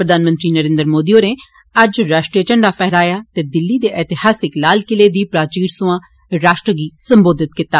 प्रधानमंत्री नरेन्द्र मोदी होरें अज्ज राष्ट्रीय झंडा फैहराया ते दिल्ली दे ऐतिहासिक लाल किले दी प्राचीर सोयां राष्ट्र गी सम्बोधित कीता